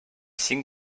cinc